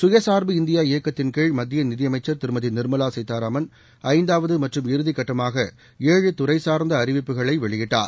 சுயசாா்பு இந்தியா இயக்கத்தின் கீழ மத்திய நிதி அமைச்சா் திருமதி நிா்மலா சீதாராமன் ஐந்தாவது மற்றும் இறுதி கட்டமாக ஏழு துறை சார்ந்த அறிவிப்புகளை வெளியிட்டார்